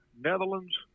Netherlands